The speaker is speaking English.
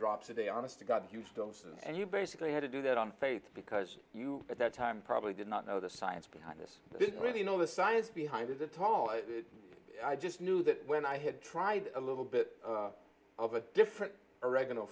drops a day honest to god huge dose and you basically had to do that on faith because you at that time probably did not know the science behind this i didn't really know the science behind it at all i just knew that when i had tried a little bit of a different oregano